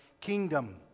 kingdom